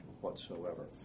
whatsoever